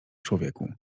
człowieku